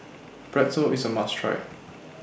Pretzel IS A must Try